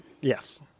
Yes